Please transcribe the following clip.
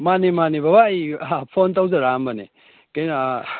ꯃꯥꯅꯤ ꯃꯥꯅꯤ ꯕꯕꯥ ꯑꯩ ꯐꯣꯟ ꯇꯧꯖꯔꯛ ꯑꯝꯕꯅꯦ ꯀꯩꯅꯣ